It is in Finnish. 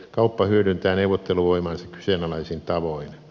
kauppa hyödyntää neuvotteluvoimaansa kyseenalaisin tavoin